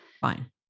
Fine